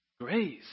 Grace